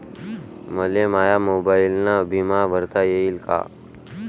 मले माया मोबाईलनं बिमा भरता येईन का?